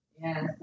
Yes